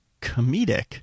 comedic